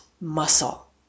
muscle